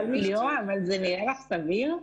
ליאורה, אבל זה נראה לך סביר?